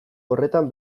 horretan